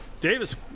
Davis